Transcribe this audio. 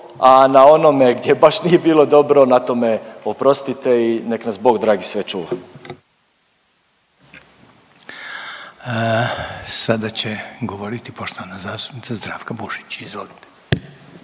a na onome gdje baš nije bilo dobro na tome oprostite i nek' nas bog dragi sve čuva. **Reiner, Željko (HDZ)** Sada će govoriti poštovana zastupnica Zdravka Bušić. Izvolite.